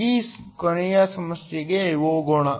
ಈಗ ಕೊನೆಯ ಸಮಸ್ಯೆಗೆ ಹೋಗೋಣ